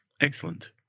Excellent